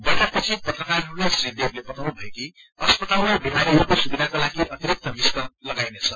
बैठकपछि पत्रकारहरूलाई श्री देवले बताउनुभयो कि अस्पतालमा विमारीहरूको सुविधाका लागि अतिरिक्त विस्तार लगाईनेछ